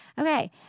Okay